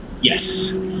yes